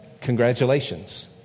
congratulations